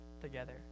together